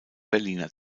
berliner